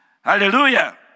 Hallelujah